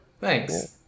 Thanks